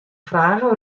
fragen